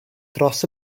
dros